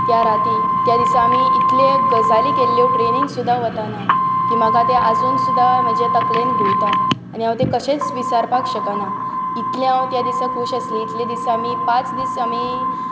त्या राती त्या दिसा आमी इतले गजाली केल्ल्यो ट्रॅनीन सुद्दां वताना की म्हाका ते आजून सुद्दां म्हज्या तकलेंत घुंवता आनी हांव तें कशेंच विसरपाक शकना इतलें हांव त्या दिसा खूश आसलें इतले दीस पांच दीस आमी